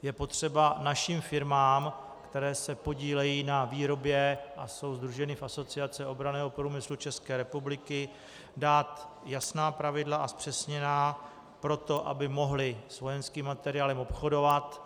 Je potřeba našim firmám, které se podílejí na výrobě a jsou sdruženy v Asociaci obranného průmyslu České republiky, dát jasná pravidla, a zpřesněná, pro to, aby mohly s vojenským materiálem obchodovat.